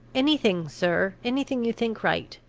anything, sir anything you think right.